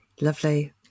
Lovely